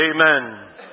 Amen